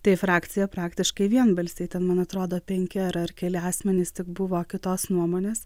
tai frakcija praktiškai vienbalsiai ten man atrodo penki ar ar keli asmenys tik buvo kitos nuomonės